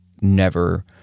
never-